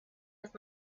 with